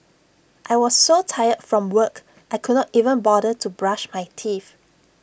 I was so tired from work I could not even bother to brush my teeth